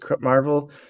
Marvel